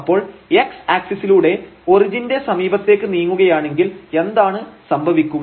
അപ്പോൾ x ആക്സിസിലൂടെ ഒറിജിന്റെ സമീപത്തേക്ക് നീങ്ങുകയാണെങ്കിൽ എന്താണ് സംഭവിക്കുക